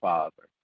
Father